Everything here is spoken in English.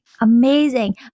Amazing